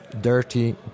dirty